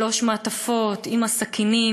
ושלוש המעטפות עם הסכינים,